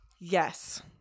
Yes